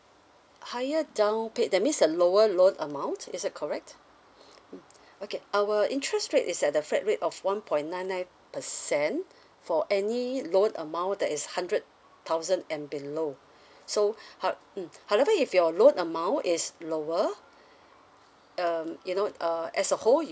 higher downpay~ that means a lower loan amount is that correct okay our interest rate is at the flat rate of one point nine nine percent for any loan amount that is hundred thousand and below so how mm however if your loan amount is lower um you know uh as a whole